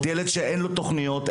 ילד שאין לו תוכניות,